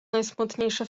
najsmutniejsze